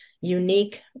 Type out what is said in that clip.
unique